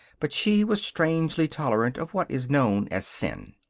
but she was strangely tolerant of what is known as sin.